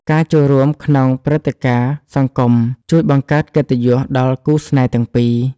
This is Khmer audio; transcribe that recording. ការចូលរួមក្នុងព្រឹត្តិការណ៍សង្គមជួយបង្កើតកិត្តិយសដល់គូស្នេហ៍ទាំងពីរ។